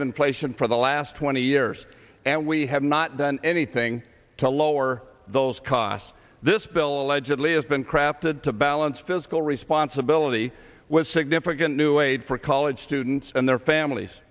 of inflation for the last twenty years and we have not done anything to lower those costs this bill allegedly has been crafted to balance fiscal responsibility with significant new aid for college students and their families